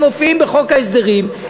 הם מופיעים בחוק ההסדרים,